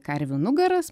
karvių nugaras